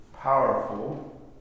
powerful